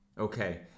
Okay